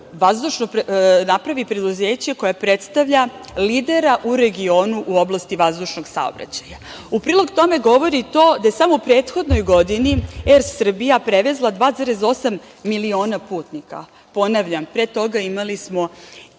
napravi preduzeće koje predstavlja lidera u regionu u oblasti vazdušnog saobraćaja. U prilog tome govori to da je samo u prethodnoj godini „Er Srbija“ prevezla 2,8, miliona putnika. Ponavljam, pre toga imali smo